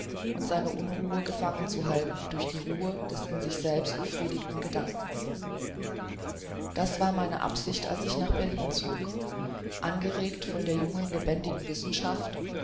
und seine unruhe gefangen zu halten durch die ruhe des in sich selbst befriedigten gedankens das war meine absicht als ich nach berlin zog angeregt von der jungen lebendigen wissenschaft